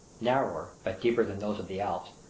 narrower, but deeper than those of the alps,